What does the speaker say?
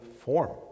form